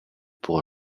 pour